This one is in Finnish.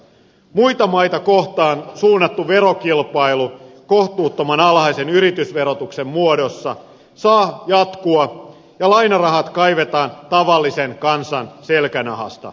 muita maita kohtaan suunnattu verokilpailu kohtuuttoman alhaisen yritysverotuksen muodossa saa jatkua ja lainarahat kaivetaan tavallisen kansan selkänahasta